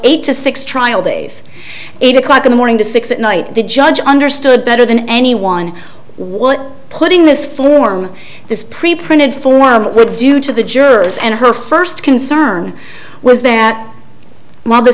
eight to six trial days eight o'clock in the morning to six at night the judge understood better than anyone what putting this form this preprinted form would do to the jurors and her first concern was that while the